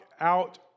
out